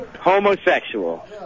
Homosexual